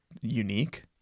unique